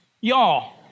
y'all